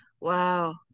wow